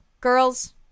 girls